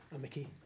Mickey